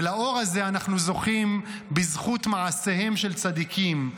ולאור הזה אנחנו זוכים בזכות מעשיהם של צדיקים,